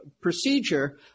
procedure